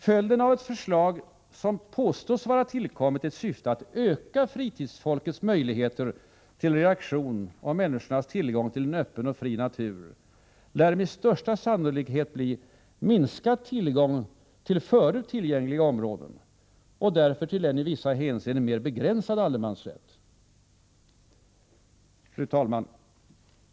Följden av ett förslag som påstås vara tillkommet i syfte att öka fritidsfolkets möjligheter till rekreation och människornas tillgång till en öppen och fri natur lär med största sannolikhet bli minskad tillgång till förut tillgängliga områden och således till en i vissa hänseenden mer begränsad allemansrätt. Fru talman!